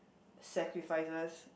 sacrifices